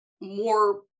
more